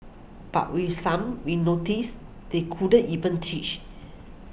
but with some we noticed they couldn't even teach